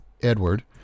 Edward